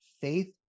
faith